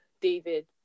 David